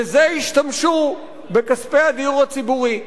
בזה השתמשו בכספי הדיור הציבורי.